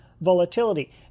volatility